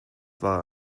war